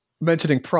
mentioning